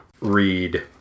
read